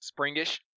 springish